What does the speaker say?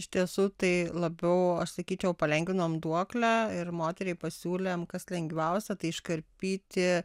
iš tiesų tai labiau aš sakyčiau palengvinom duoklę ir moteriai pasiūlėm kas lengviausia tai iškarpyti